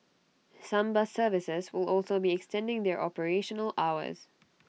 some bus services will also be extending their operational hours